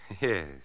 Yes